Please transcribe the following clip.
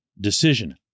decision